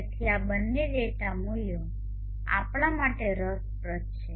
તેથી આ બંને ડેટા મૂલ્યો આપણા માટે રસપ્રદ છે